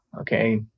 Okay